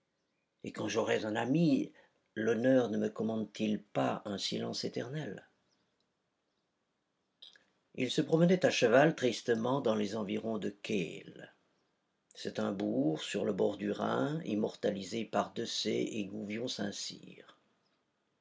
et quand j'aurais un ami l'honneur ne me commande t il pas un silence éternel il se promenait à cheval tristement dans les environs de kehl c'est un bourg sur le bord du rhin immortalisé par desaix et gouvion saint-cyr